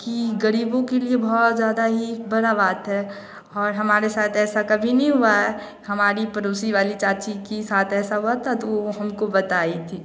कि गरीबों के लिए बहुत ज़्यादा ही बड़ा बात है और हमारे साथ ऐसा कभी नहीं हुआ हमारी पड़ोसी वाली चाची की साथ ऐसा हुआ था तो वह हमको बताई थी